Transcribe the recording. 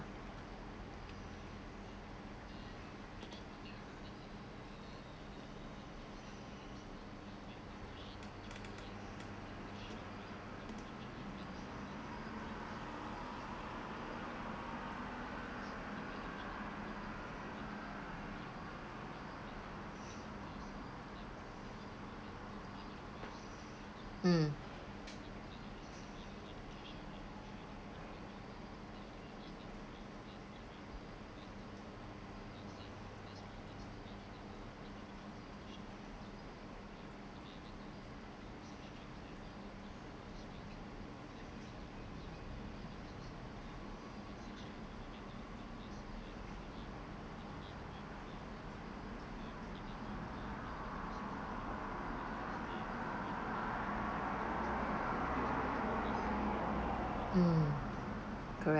um um correct